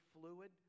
fluid